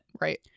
Right